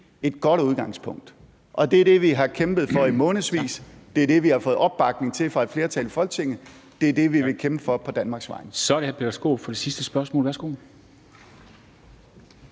et godt udgangspunkt, og det er det, vi har kæmpet for i månedsvis. Det er det, vi har fået opbakning til fra et flertal i Folketinget. Det er det, vi vil kæmpe for på Danmarks vegne.